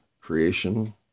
creation